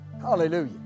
Hallelujah